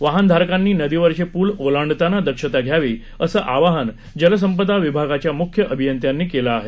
वाहनधारकांनी नदीवरचे प्ल ओलांडतांना दक्षता घ्यावी असं आवाहन जलसंपदा विभागाच्या म्ख्य अभियंत्यांनी केलं आहे